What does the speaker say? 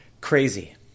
crazy